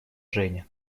женя